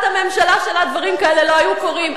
הממשלה שלה דברים כאלה לא היו קורים.